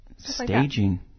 Staging